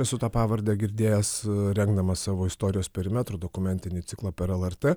esu tą pavardę girdėjęs rengdamas savo istorijos perimetrų dokumentinį ciklą per el er tė